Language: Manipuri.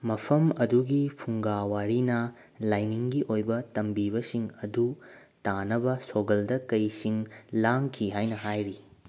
ꯃꯐꯝ ꯑꯗꯨꯒꯤ ꯐꯨꯡꯒꯥꯒꯤ ꯋꯥꯔꯤꯅ ꯂꯥꯏꯅꯤꯡꯒꯤ ꯑꯣꯏꯕ ꯇꯝꯕꯤꯕꯁꯤꯡ ꯑꯗꯨ ꯇꯥꯅꯕ ꯁꯣꯒꯜꯗ ꯀꯩꯁꯤꯡ ꯂꯥꯡꯈꯤ ꯍꯥꯏꯅ ꯍꯥꯏꯔꯤ